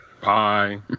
Bye